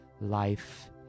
life